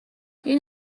این